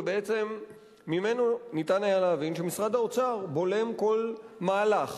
ובעצם ממנו ניתן היה להבין שמשרד האוצר בולם כל מהלך